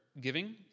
giving